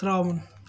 ترٛاوُن